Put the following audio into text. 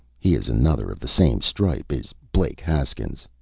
he is another of the same stripe, is blake haskins.